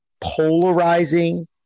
polarizing